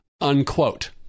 unquote